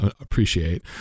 appreciate